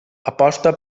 aposta